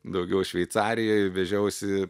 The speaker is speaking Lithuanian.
daugiau šveicarijoj vežiausi